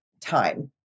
time